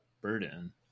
burden